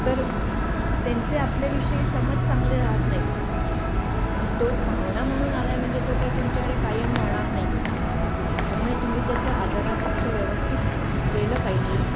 तर त्यांचे आपल्याविषयी समज चांगले राहत नाहीत ना आणि तो पाहुणा म्हणून आला आहे म्हणजे तो काय तुमच्याकडे कायम राहणार नाही आहे त्यामुळे तुम्ही त्याचं आदरातिथ्य व्यवस्थित केलं पाहिजे